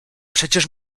przecież